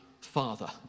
father